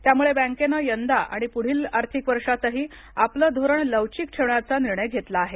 त्यामुळे बँकेनं यंदा आणि पुढील आर्थीक वर्षातही आपलं धोरण लवचिक ठेवण्याचा निर्णय घेतला आहे